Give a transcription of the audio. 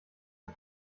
ist